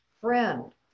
friend